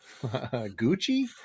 Gucci